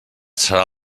serà